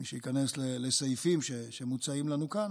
מי שייכנס לסעיפים שמוצעים לנו כאן,